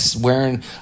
wearing